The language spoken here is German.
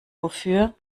wofür